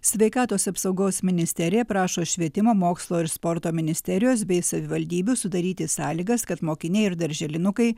sveikatos apsaugos ministerija prašo švietimo mokslo ir sporto ministerijos bei savivaldybių sudaryti sąlygas kad mokiniai ir darželinukai